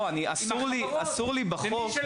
אסור לי בחוק